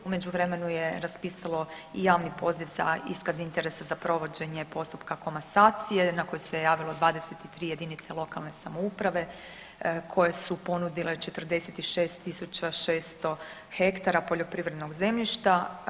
U međuvremenu je raspisalo i javni poziv za iskaz interesa za provođenje postupka komasacije na koji se javilo 23 jedinice lokalne samouprave koje su ponudile 46600 ha poljoprivrednog zemljišta.